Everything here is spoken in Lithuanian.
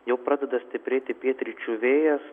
jau pradeda stiprėti pietryčių vėjas